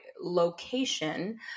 location